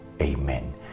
Amen